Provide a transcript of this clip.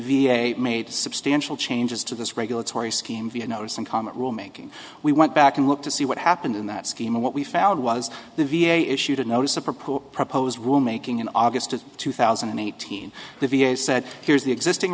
a made substantial changes to this regulatory scheme via notice and comment rule making we went back and looked to see what happened in that schema what we found was the v a issued a notice a proposal proposed rule making in august of two thousand and eighteen the v a said here's the existing